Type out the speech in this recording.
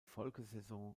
folgesaison